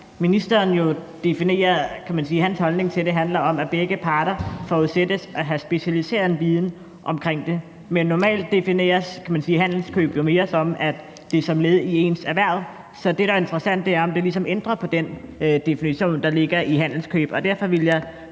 ministerens holdning til det handler om, at begge parter forudsættes at have en specialiseret viden omkring det. Men normalt defineres handelskøb jo mere sådan, at det er som led i ens erhverv. Så det, der er interessant, er, om det ligesom ændrer på den definition, der ligger i handelskøb.